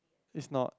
is not